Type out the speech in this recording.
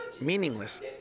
meaningless